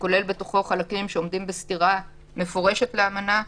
כולל בתוכו חלקים שעומדים בסתירה מפורשת לאמנה,